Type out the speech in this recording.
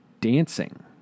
dancing